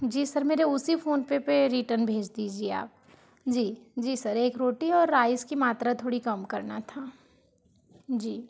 जी sir मेरे उसी PhonePe पे रिटर्न भेज दीजिए आप जी जी सर एक रोटी और राइस की मात्र थोड़ी कम करना था जी